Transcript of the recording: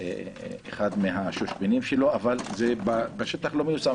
אחד מהשושבינים שלו אבל זה בשטח לא מיושם.